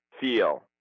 feel